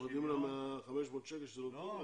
מורידים לה מה-500 שקל שאתם נותנים לה?